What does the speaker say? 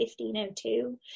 1502